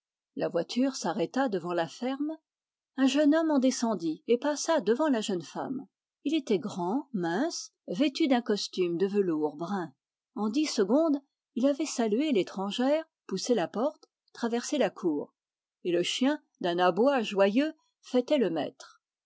la voiture s'arrêta devant la ferme un jeune homme en descendit et passa devant la jeune femme il était grand mince vêtu d'un costume de velours brun en dix secondes il avait salué l'étrangère poussé la porte traversé la cour et le chien d'un aboi joyeux fêtait le maître